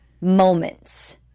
moments